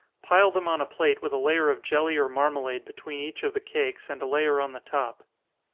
pile them on a plate with a layer of jelly or marmalade between each of the cakes, and a layer on the top.